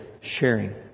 sharing